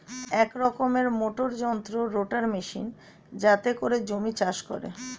এক রকমের মোটর যন্ত্র রোটার মেশিন যাতে করে জমি চাষ করে